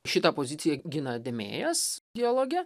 šitą poziciją gina demėjas dialoge